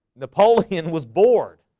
napoleon was bored.